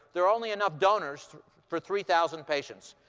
there are only enough donors for three thousand patients.